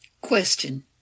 Question